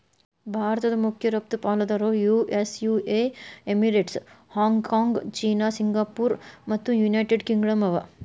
ಭಾರತದ್ ಮಖ್ಯ ರಫ್ತು ಪಾಲುದಾರರು US UA Emirates, Hong Kong China Singapore ಮತ್ತು ಯುನೈಟೆಡ್ ಕಿಂಗ್ಡಮ್ ಅವ